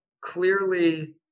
clearly